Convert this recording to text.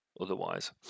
otherwise